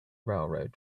railroad